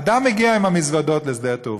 אדם מגיע עם המזוודות לשדה-התעופה,